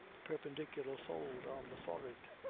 the perpendicular fold on the forehead,